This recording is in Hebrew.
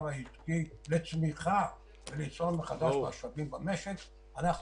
העסקי לצמיחה וליצור מחדש משאבים במשק,